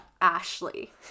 Ashley